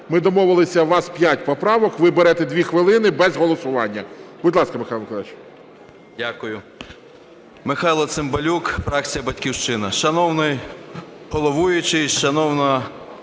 Ми домовилися, у вас 5 поправок, ви берете дві хвилини без голосування. Будь ласка, Михайло Михайлович.